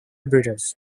breeders